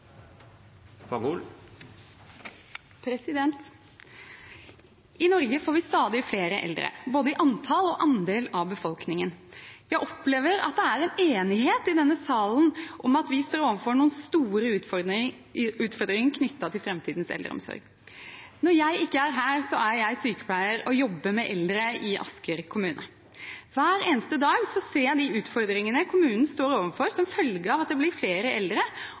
I Norge får vi stadig flere eldre i både antall og andel av befolkningen. Jeg opplever at det er en enighet i denne salen om at vi står overfor noen store utfordringer knyttet til framtidens eldreomsorg. Når jeg ikke er her, er jeg sykepleier og jobber med eldre i Asker kommune. Hver eneste dag ser jeg de utfordringene kommunen står overfor som følge av at det blir flere eldre